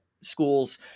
schools